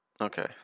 Okay